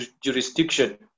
jurisdiction